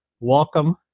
Welcome